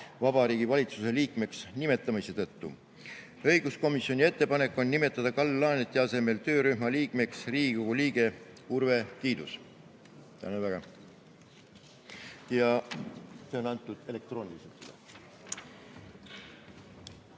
Vabariigi Valitsuse liikmeks nimetamise tõttu. Õiguskomisjoni ettepanek on nimetada Kalle Laaneti asemel töörühma liikmeks Riigikogu liige Urve Tiidus. Tänan väga! Eelnõu on üle antud elektrooniliselt.